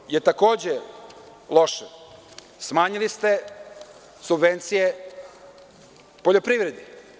Ono što je takođe loše, smanjili ste subvencije poljoprivredi.